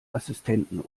assistenten